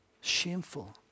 Shameful